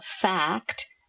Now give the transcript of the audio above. fact